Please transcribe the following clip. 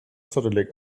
zottelig